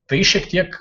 tai šiek tiek